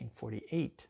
1948